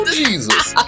jesus